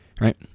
right